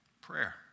Prayer